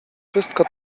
wszystko